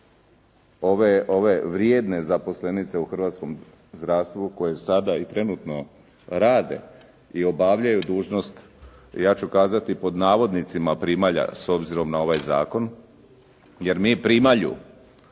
ove vrijedne zaposlenice u hrvatskom zdravstvu koje sada i trenutno rade i obavljaju dužnost i ja ću kazati pod navodnicima „primalja“ s obzirom na ovaj zakon, jer mi primalju